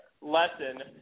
lesson